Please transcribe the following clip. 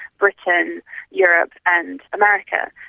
britain, europe and america,